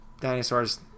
dinosaurs